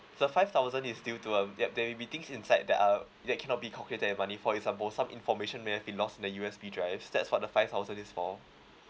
the five thousand is due to um yup there'll be things inside that uh that cannot be calculated with money for example some information may have been lost in the U_S_B drive that's what the five thousand is for